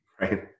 Right